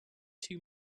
too